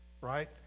right